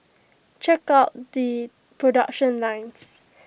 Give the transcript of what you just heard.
check out the production lines